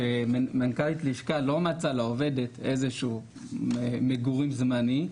שמנכ"לית לשכה לא מצאה לעובדת איזה שהוא מגורים זמניים